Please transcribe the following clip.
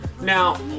Now